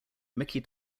mickey